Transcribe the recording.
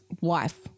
wife